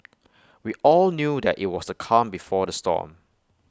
we all knew that IT was the calm before the storm